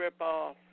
ripoff